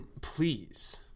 please